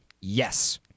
yes